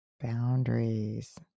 Boundaries